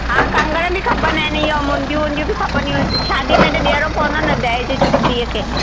हा कंगण बि खपंदा आहिनि इहो मुंडियूं वुंडियूं बि खपदिंयूं आहिनि शादी में त ॾियणो पवंदो न ॾाजो धीअ खे